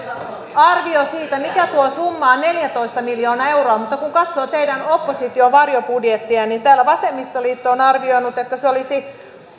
arvio siitä mikä tuo summa on on neljätoista miljoonaa euroa mutta kun katsoo teidän opposition varjobudjettia niin täällä vasemmistoliitto on arvioinut että se olisi